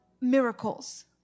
miracles